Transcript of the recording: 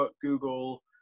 Google